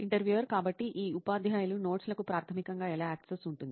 interviewer కాబట్టి ఈ ఉపాధ్యాయుల నోట్స్ లకు ప్రాథమికంగా ఎలా యాక్సిస్ ఉంటుంది